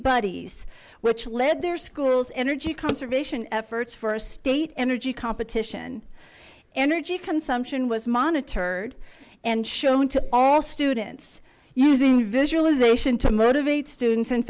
bodies which lead their schools energy conservation efforts for state energy competition energy consumption was monitored and shown to all students using visualization to motivate students and